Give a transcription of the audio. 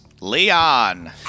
Leon